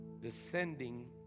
descending